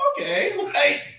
okay